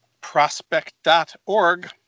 prospect.org